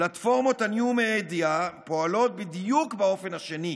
פלטפורמות הניו מדיה פועלות בדיוק באופן השני.